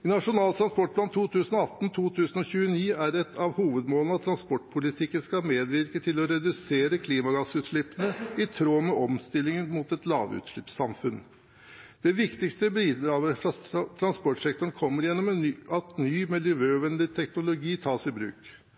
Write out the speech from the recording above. I Nasjonal transportplan 2018–2029 er et av hovedmålenemålene at transportpolitikken skal medvirke til å redusere klimagassutslippene i tråd med omstillingen mot et lavutslippssamfunn. Det viktigste bidraget fra transportsektoren kommer gjennom at ny, miljøvennlig teknologi tas i bruk.